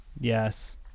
Yes